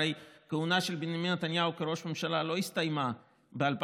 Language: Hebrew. הרי הכהונה של בנימין נתניהו כראש ממשלה לא הסתיימה ב-2018,